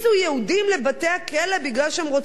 לבתי-הכלא מפני שהם רוצים להתפלל.